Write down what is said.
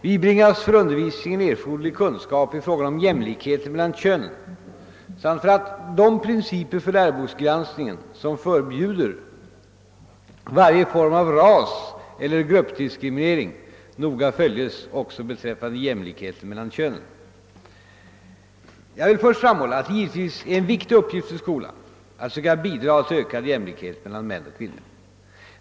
— bibringas för undervisningen erforderlig kunskap i frågan om jämlikheten mellan könen samt för att de principer för läroboksgranskningen som förbjuder varje form av raseller gruppdiskriminering noga följes också beträffande jämlikheten mellan könen. Jag vill först framhålla att det givetvis är en viktig uppgift för skolan att söka bidra till ökad jämlikhet mellan män och kvinnor.